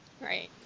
Right